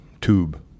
tube